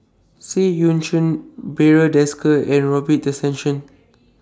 Seah EU Chin Barry Desker and Robin Tessensohn